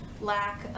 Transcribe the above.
lack